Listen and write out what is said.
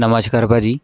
ਨਮਸ਼ਕਾਰ ਭਾਅ ਜੀ